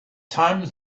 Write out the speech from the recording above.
times